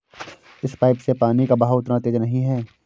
इस पाइप से पानी का बहाव उतना तेज नही है